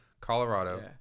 Colorado